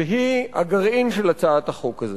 והיא הגרעין של הצעת החוק הזה.